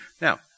Now